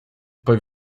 poi